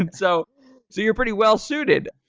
and so so you're pretty well-suited.